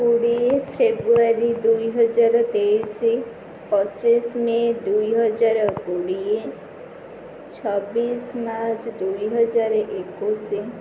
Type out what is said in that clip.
କୋଡ଼ିଏ ଫେବୃଆରୀ ଦୁଇହଜାର ତେଇଶି ପଚିଶ ମେ ଦୁଇହଜାର କୋଡ଼ିଏ ଛବିଶ ମାର୍ଚ୍ଚ ଦୁଇହଜାର ଏକୋଇଶି